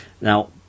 Now